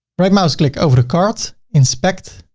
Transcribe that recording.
right-mouse-click over the cart, inspect.